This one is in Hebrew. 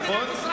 נכון?